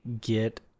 Get